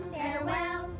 farewell